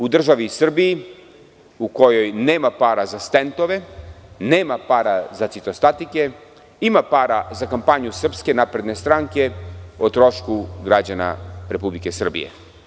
U državi Srbiji, u kojoj nema para za stentove, nema para za citostatike, ima para za kampanju SNS o trošku građana Republike Srbije.